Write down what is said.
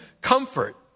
comfort